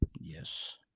Yes